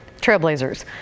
Trailblazers